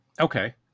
okay